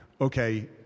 okay